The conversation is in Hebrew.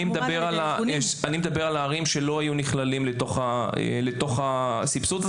אני מדבר על הערים שלא היו נכללות בסבסוד הזה